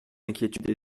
inquiétudes